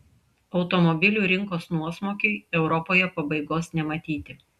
automobilių rinkos nuosmukiui europoje pabaigos nematyti